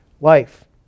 life